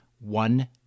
one